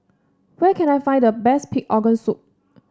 where can I find the best Pig Organ Soup